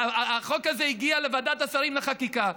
החוק הזה הגיע לוועדת השרים לחקיקה.